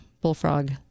Bullfrog